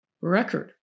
record